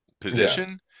position